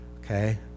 okay